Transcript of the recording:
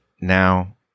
now